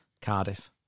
Cardiff